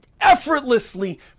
effortlessly